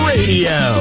Radio